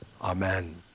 Amen